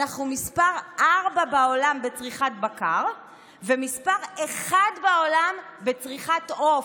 אנחנו מס' ארבע בעולם בצריכת בקר ומס' אחת בעולם בצריכת עוף.